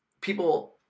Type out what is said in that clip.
People